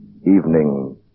Evening